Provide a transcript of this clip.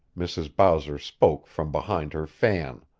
mrs. bowser spoke from behind her fan.